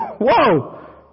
whoa